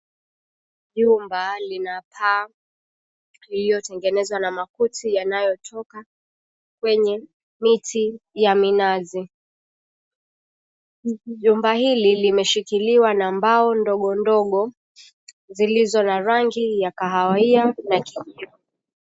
Jumba lina paa iliyotengenezwa na makuti yanayotoka kwenye miti ya minazi. Jumba hili limeshikiliwa na mbao ndogo ndogo zilizo na rangi ya kahawia na kijivu.